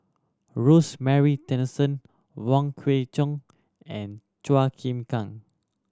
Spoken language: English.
Rosemary Tessensohn Wong Kwei Cheong and Chua Chim Kang